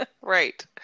Right